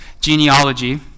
genealogy